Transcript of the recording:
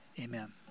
Amen